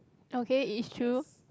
okay it's true